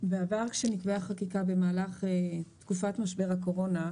בעבר כשנקבעה חקיקה במהלך תקופת משבר הקורונה,